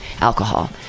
alcohol